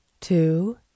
two